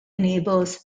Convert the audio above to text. enables